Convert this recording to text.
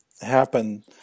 happen